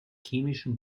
chemischen